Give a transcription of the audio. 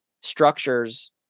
structures